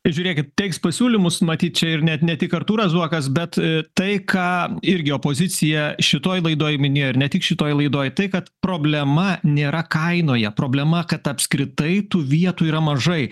žiūrėkit teiks pasiūlymus matyt čia ir net ne tik artūras zuokas bet tai ką irgi opozicija šitoj laidoj minėjo ir ne tik šitoj laidoj tai kad problema nėra kainoje problema kad apskritai tų vietų yra mažai